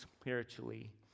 spiritually